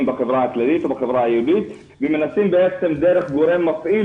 בחברה הכללית ובחברה היהודית ומנסים בעצם דרך גורם מפעיל